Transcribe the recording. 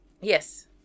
Yes